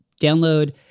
download